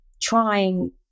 trying